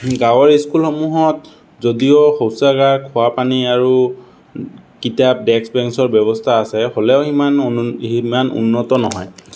গাঁৱৰ স্কুলসমূহত যদিও শৌচাগাৰ খোৱা পানী আৰু কিতাপ ডেক্স বেঞ্চৰ ব্যৱস্থা আছে হ'লেও সিমান সিমান উন্নত নহয়